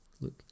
look